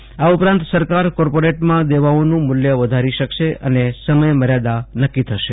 અને આ ઉપરાંત સરકાર કો ર્પરેટમાં દેવાઓ નું મુલ્ય વધારી શકશે અને સમય મ ર્યાદા ન ક્કી થશે